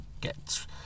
get